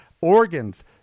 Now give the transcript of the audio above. organs